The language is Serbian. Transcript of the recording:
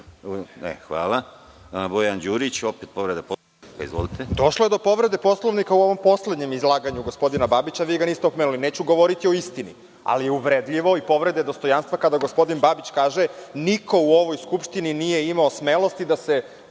poslanik Bojan Đurić, povreda Poslovnika. **Bojan Đurić** Došlo je do povrede Poslovnika u ovom poslednjem izlaganju gospodina Babića. Vi ga niste opomenuli. Neću govoriti o istini, ali uvredljivo je i povreda je dostojanstva kada gospodin Babić kaže – niko u ovoj skupštini nije imao smelosti da se